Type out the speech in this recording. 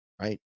right